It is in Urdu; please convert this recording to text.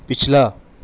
پچھلا